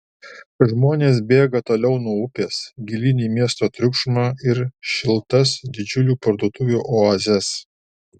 žmonės bėga toliau nuo upės gilyn į miesto triukšmą ir šiltas didžiulių parduotuvių oazes